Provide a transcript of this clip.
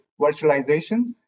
virtualization